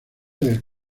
del